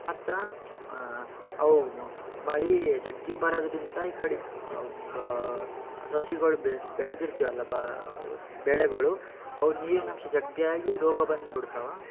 ಮತ್ತು ಅವು ಮಳೆ ಜಗ್ಗಿ ಬರೋದ್ರಿಂತ ಈ ಕಡೆ ಸಸಿಗಳು ಬೆಳೆದಿರ್ತೀವಲ್ಲ ಬಾ ಬೆಳೆಗಳು ಅವು ನೀರಿನಂಶ ಜಗ್ಗಿಯಾಗಿ ರೋಗ ಬಂದ್ಬಿಡ್ತವೆ